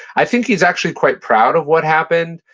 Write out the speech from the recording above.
i think he's actually quite proud of what happened.